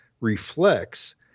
reflects